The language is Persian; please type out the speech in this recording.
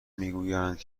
میگویند